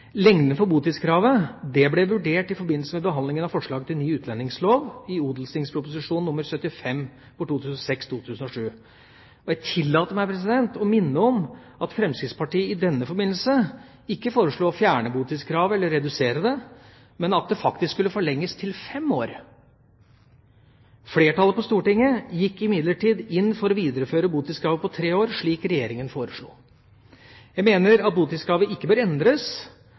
botidskravet ble vurdert i forbindelse med behandlingen av forslag til ny utlendingslov i Ot.prp. nr. 75 for 2006–2007. Jeg tillater meg å minne om at Fremskrittspartiet i denne forbindelse ikke foreslo å fjerne botidskravet eller redusere det, men at det faktisk skulle forlenges til fem år. Flertallet på Stortinget gikk imidlertid inn for å videreføre botidskravet på tre år, slik Regjeringa foreslo. Jeg mener at botidskravet ikke bør endres.